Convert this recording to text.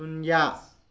ꯁꯨꯟꯌꯥ